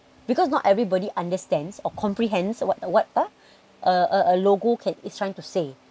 because not everybody understands or comprehends what what a a a logo can is trying to say